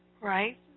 Right